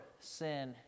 sin